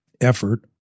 effort